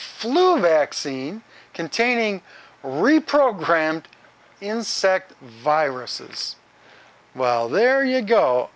flu vaccine containing reprogrammed insect viruses well there you go